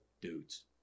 dudes